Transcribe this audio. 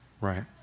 right